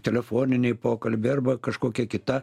telefoniniai pokalbiai arba kažkokia kita